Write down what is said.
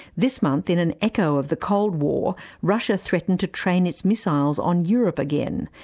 this month in an echo of the cold war, russia threatened to train its missiles on europe again,